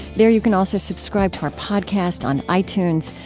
there you can also subscribe to our podcast on itunes.